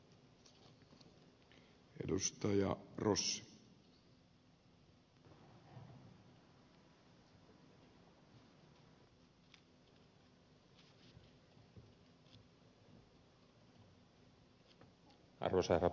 arvoisa herra puhemies